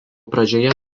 pradžioje